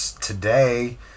today